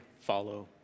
follow